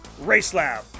Racelab